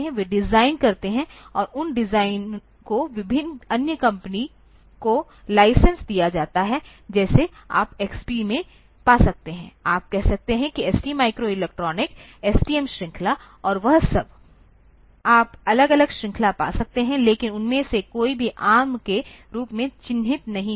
वे design करते हैं और उन डिज़ाइन को विभिन्न अन्य कंपनियों को लाइसेंस दिया जाता है जैसे आप XP में पा सकते हैं आप कह सकते हैं कि ST माइक्रोइलेक्ट्रॉनिक STM श्रृंखला और वह सब आप अलग अलग श्रृंखला पा सकते हैं लेकिन उनमें से कोई भी ARM के रूप में चिह्नित नहीं होगा